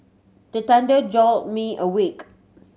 the thunder jolt me awake